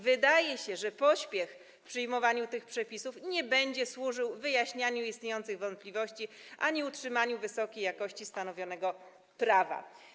Wydaje się, że pośpiech w przyjmowaniu tych przepisów nie będzie służył wyjaśnianiu istniejących wątpliwości ani utrzymaniu wysokiej jakości stanowionego prawa.